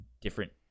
different